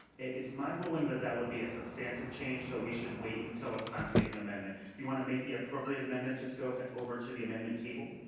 it's my ruling that that would be a substantive change, so we should wait until it's time to make an amendment. if you want to make the appropriate amendment, just go over to the amendment table.